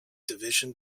division